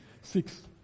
Six